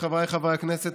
חבריי חברי הכנסת,